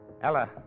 Ella